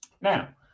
Now